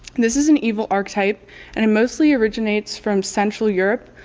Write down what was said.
this is an evil archetype and it mostly originates from central europe.